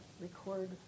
record